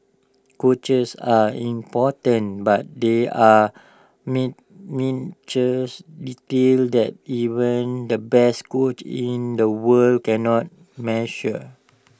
coaches are important but there are mint details that even the best coach in the world cannot measure